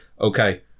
okay